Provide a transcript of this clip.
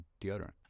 deodorant